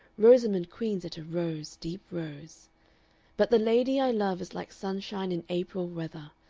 rosamund queens it a rose, deep rose but the lady i love is like sunshine in april weather,